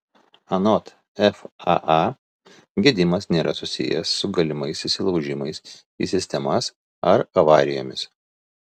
anot faa gedimas nėra susijęs su galimais įsilaužimais į sistemas ar avarijomis